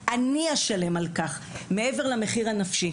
אני אשלם על כך מעבר למחיר הנפשי.